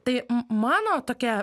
tai m mano tokia